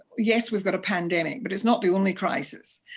yes we've got a pandemic, but it's not the only crisis.